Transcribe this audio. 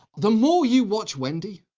the more you watch wendy,